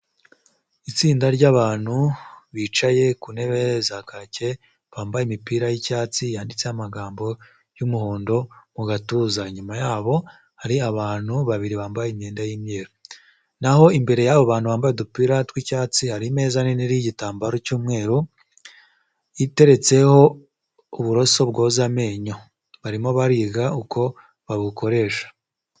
Itsinda ry'abantu bicaye ku ntebe za kake bambaye imipira y'icyatsi yanditseho amagambo y'umuhondo mu gatuza inyuma yabo hari abantu babiri bambaye y'imyenda naho imbere y'abo bantu bambaye udupira tw'icyatsi hari ameza nini iriho igitambaro cy'umweru iteretseho uburoso bwoza amenyo barimo bariga uko babukoresha.